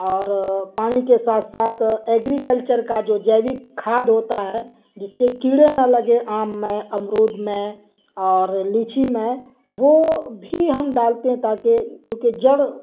اور پانی کے ساتھ ساتھ ایگریکلچر کا جو جیوک کھاد ہوتا ہے جس سے کیڑے نہ لگے آم میں امرود میں اور لیچی میں وہ بھی ہم ڈالتے ہیں تاکہ کیونکہ جڑ